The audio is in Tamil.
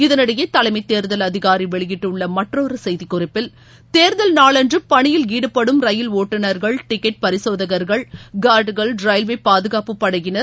இதனிடையே தலைமை தேர்தல் அதிகாரி வெளியிட்டுள்ள மற்றொரு செய்திக்குறிப்பில் தேர்தல் நாளன்று பணியில் ஈடுபடும் ரயில் ஒட்டுநர்கள் டிக்கெட் பரிசோதகர்கள் கார்டுகள் ரயில்வே பாதுகாப்பு படையினர்